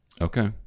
okay